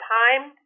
time